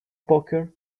poker